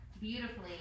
beautifully